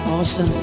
Awesome